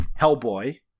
Hellboy